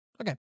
Okay